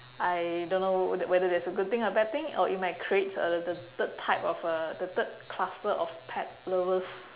I don't know whether that's a good thing or bad thing or it might create uh the third type of uh the third cluster of pet lovers